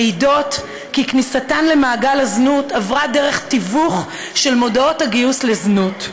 מעידות כי כניסתן למעגל הזנות עברה דרך תיווך של מודעות הגיוס לזנות,